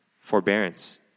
forbearance